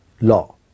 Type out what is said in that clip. law